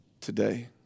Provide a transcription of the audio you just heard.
today